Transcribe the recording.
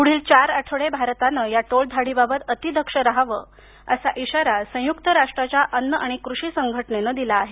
पुढील चार आठवडे भारतानं या टोळधाडीबाबत अति दक्ष राहावं असा इशारा संयुक्त राष्ट्रांच्या अन्न आणि कृषी संघटनेनं दिला आहे